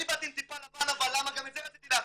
אני באתי עם טיפה לבן אבל למה גם את זה רציתי להחליף,